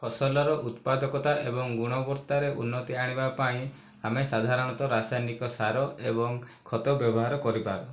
ଫସଲର ଉତ୍ପାଦକତା ଏବଂ ଗୁଣବତ୍ତାରେ ଉନ୍ନତି ଆଣିବାପାଇଁ ଆମେ ସାଧାରଣତଃ ରାସାୟନିକ ସାର ଏବଂ ଖତ ବ୍ୟବହାର କରିପାରୁ